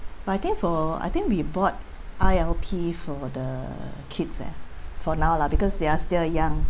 but I think for I think we bought I_L_P for the kids leh for now lah because they are still young